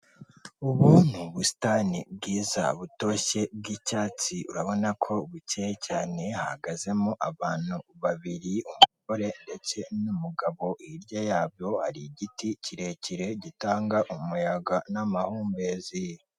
Ubu ni ubusitani bwiza, butoshye bw'icyatsi. Urabona ko bukeye cyane, hahagazemo abantu babiri, umugore ndetse n'umugabo, hirya yabo hari igiti kirekire, gitanga umuyaga n'amahumbezi.